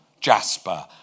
Jasper